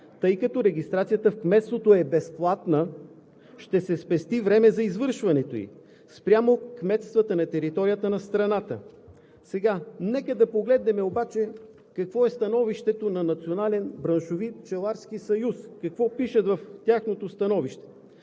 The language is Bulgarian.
Тъй като регистрацията в кметството е безплатна, ще се спести време за извършването ѝ спрямо кметствата на територията на страната.“ Нека да погледнем сега обаче какво е становището на Националния браншови